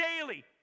daily